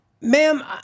ma'am